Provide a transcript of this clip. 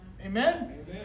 Amen